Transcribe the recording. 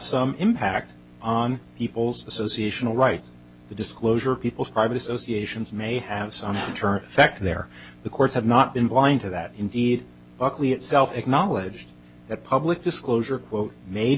some impact on people's association rights the disclosure of people's privacy asians may have some amateur effect there the courts have not been blind to that indeed buckley itself acknowledged that public disclosure quote ma